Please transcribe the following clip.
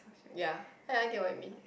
ya I I get what you mean